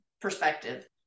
perspective